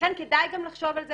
לכן כדאי לחשוב גם על זה.